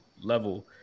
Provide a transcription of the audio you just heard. level